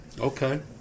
Okay